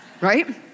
Right